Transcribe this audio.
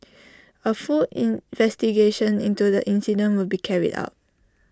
A full investigation into the incident will be carried out